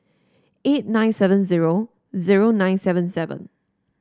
eight nine seven zero zero nine seven seven